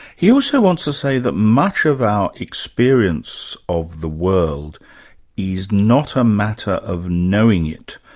he also wants to say that much of our experience of the world is not a matter of knowing it.